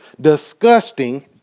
disgusting